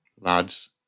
Lads